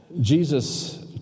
Jesus